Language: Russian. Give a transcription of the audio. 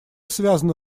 связано